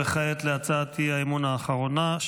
וכעת להצעת האי-אמון האחרונה,